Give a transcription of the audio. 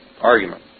argument